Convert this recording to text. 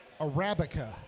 Arabica